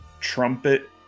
trumpet